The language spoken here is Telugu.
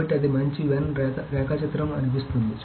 కాబట్టి అది మంచి వెన్ రేఖాచిత్రం అనిపిస్తుంది